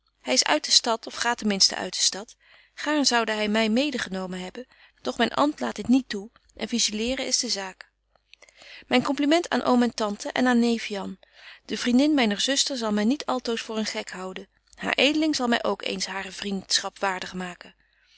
hy is uit de stad of gaat ten minsten uit de stad gaarn zoude hy my mede genomen hebben doch myn amt laat dit niet toe en vigeleeren is de zaak myn compliment aan oom en tante en aan neef jan de vriendin myner zuster zal my niet altoos voor een gek houden haar edeling zal my ook eens hare vriendschap waardig maken